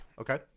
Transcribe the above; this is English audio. Okay